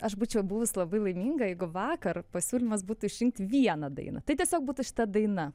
aš būčiau buvus labai laiminga jeigu vakar pasiūlymas būtų išrinkti vieną dainą tai tiesiog būtų šita daina